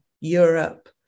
Europe